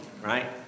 Right